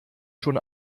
schon